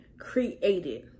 created